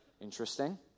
interesting